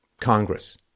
Congress